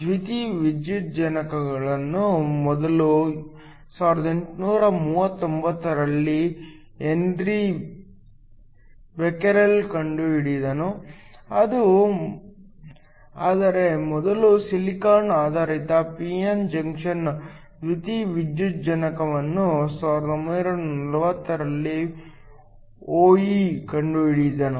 ದ್ಯುತಿವಿದ್ಯುಜ್ಜನಕವನ್ನು ಮೊದಲು 1839 ರಲ್ಲಿ Henry Becquerel ಕಂಡುಹಿಡಿದನು ಆದರೆ ಮೊದಲ ಸಿಲಿಕಾನ್ ಆಧಾರಿತ p n ಜಂಕ್ಷನ್ ದ್ಯುತಿವಿದ್ಯುಜ್ಜನಕವನ್ನು 1940 ರಲ್ಲಿ ಓಹ್ಲ್ ಕಂಡುಹಿಡಿದನು